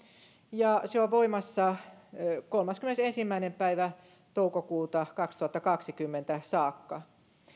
ja se on voimassa kolmaskymmenesensimmäinen päivä toukokuuta kaksituhattakaksikymmentä saakka